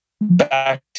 back